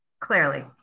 clearly